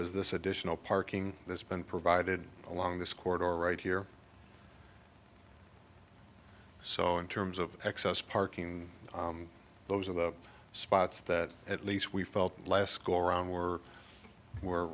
as this additional parking that's been provided along this corridor right here so in terms of excess parking those are the spots that at least we felt last go around were were